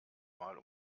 mal